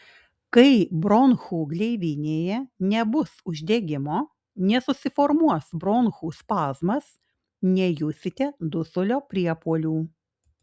kai bronchų gleivinėje nebus uždegimo nesusiformuos bronchų spazmas nejusite dusulio priepuolių